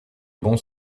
bon